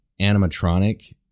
animatronic